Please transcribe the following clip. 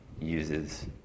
uses